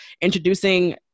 introducing